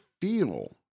feel